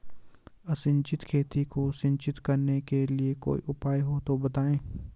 असिंचित खेती को सिंचित करने के लिए कोई उपाय हो तो बताएं?